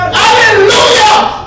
hallelujah